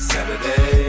Saturday